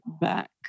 back